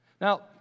Now